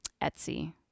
Etsy